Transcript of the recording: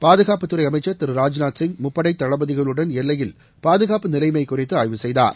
பாதுகாப்புத்துறை அமைச்சர் திரு ராஜ்நாத்சிங் முப்படைத் தளபதிகளுடன் எல்லையில் பாதுகாப்பு நிலைமை குறித்து ஆய்வு செய்தார்